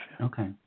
Okay